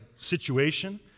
situation